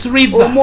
river